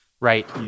Right